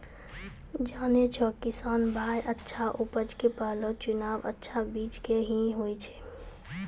जानै छौ किसान भाय अच्छा उपज के पहलो चुनाव अच्छा बीज के हीं होय छै